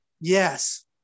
Yes